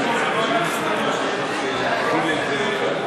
בבקשה, אדוני.